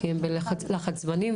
כי הם בלחץ זמנים,